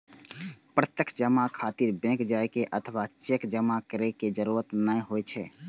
प्रत्यक्ष जमा खातिर बैंक जाइ के अथवा चेक जमा करै के जरूरत नै होइ छै